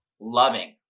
loving